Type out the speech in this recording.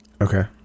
Okay